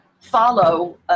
follow